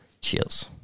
Cheers